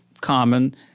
common